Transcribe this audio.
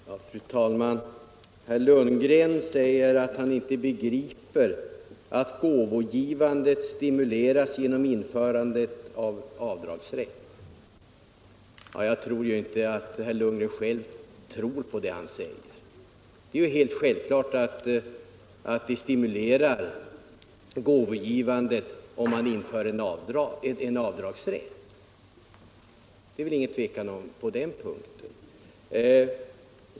Fru talman! Herr Lundgren sade att han inte begriper att gåvogivandet skulle stimuleras genom att vi införde avdragsrätt. Jag undrar om herr Lundgren själv tror på vad han säger. Det är väl självklart att man stimulerar gåvogivandet om avdragsrätt införs. Det är väl inget tvivel om det.